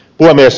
puhemies